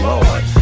Lord